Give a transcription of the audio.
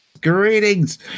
Greetings